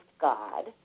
God